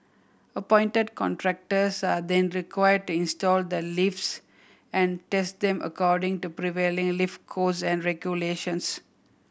appointed contractors are then required to install the lifts and test them according to prevailing lift codes and regulations